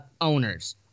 owners